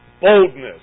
Boldness